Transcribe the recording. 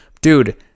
Dude